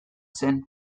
zen